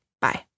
bye